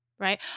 right